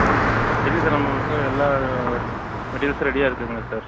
ம் இருக்குது சார் நம்ம பக்கம் எல்லா மெட்டீரியல்ஸும் ரெடியாக இருக்குதுங்க சார்